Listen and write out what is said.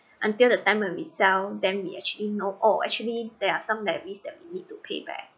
until the time when we sell then we actually know oh actually there are some levvies we need to pay back